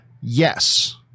Yes